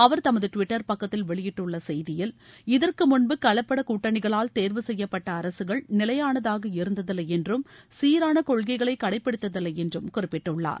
அவர் தமது டுவிட்டர் பக்கத்தில் வெளியிட்டுள்ள செய்தியில் இதற்கு முன்பு கலப்பட கூட்டணிகளால் தேர்வு செய்யப்பட்ட அரசுகள் நிலையானதாக இருந்ததில்லை என்றும் சீரான கொள்கைகளை கடைபிடித்ததில்லை என்றும் குறிப்பிட்டுள்ளார்